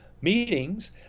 meetings